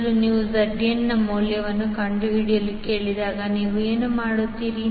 ಮೊದಲು ನೀವು ZNನ ಮೌಲ್ಯವನ್ನು ಕಂಡುಹಿಡಿಯಲು ಕೇಳಿದಾಗ ನೀವು ಏನು ಮಾಡುತ್ತೀರಿ